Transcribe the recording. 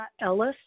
Ellis